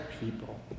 people